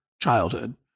childhood